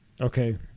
Okay